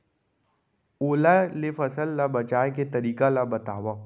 ओला ले फसल ला बचाए के तरीका ला बतावव?